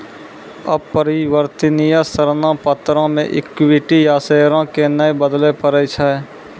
अपरिवर्तनीय ऋण पत्रो मे इक्विटी या शेयरो के नै बदलै पड़ै छै